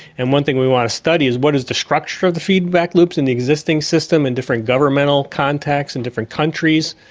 and one thing we want to study is what is the structure of the feedback loops in existing system in different governmental contexts and different countries.